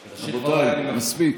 רבותיי, מספיק.